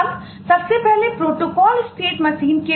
अब सबसे पहले प्रोटोकॉल स्टेट मशीन है